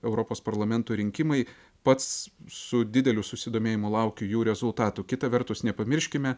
europos parlamento rinkimai pats su dideliu susidomėjimu laukiu jų rezultatų kita vertus nepamirškime